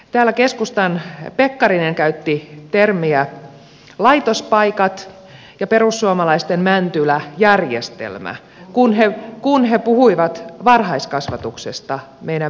täällä keskustan pekkarinen käytti termiä laitospaikat ja perussuomalaisten mäntylä järjestelmä kun he puhuivat varhaiskasvatuksesta meidän päiväkodeissamme